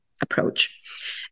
approach